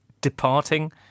departing